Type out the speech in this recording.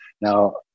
Now